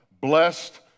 blessed